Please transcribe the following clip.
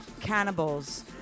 cannibals